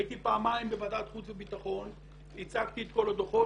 הייתי פעמיים בוועדת חוץ וביטחון והצגתי את הדוחות.